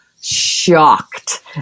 shocked